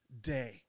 day